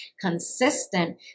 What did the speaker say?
consistent